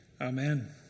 Amen